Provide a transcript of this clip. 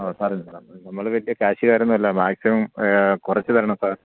അത് സാറെ നമ്മൾ നമ്മൾ വലിയ കാശുകാരൊന്നുമല്ല മാക്സിമം കുറച്ച് തരണം സാര്